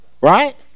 right